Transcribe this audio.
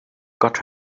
got